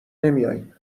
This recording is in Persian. نمیایم